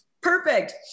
Perfect